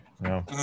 no